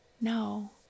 no